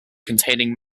containing